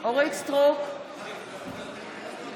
אורית מלכה סטרוק, נגד